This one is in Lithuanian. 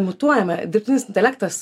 mutuojame dirbtinis intelektas